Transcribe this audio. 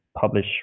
publish